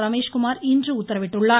ரமேஷ்குமார் இன்று உத்தரவிட்டுள்ளார்